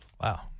Wow